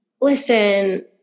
listen